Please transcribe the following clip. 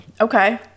Okay